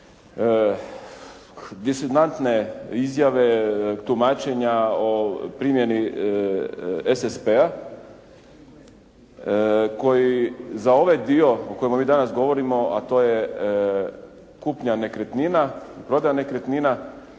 disemantne izjave, tumačenja o primjeni SSP-a koji za ovaj dio o kojem mi danas govorimo a to je kupnja nekretnina i prodaja nekretnina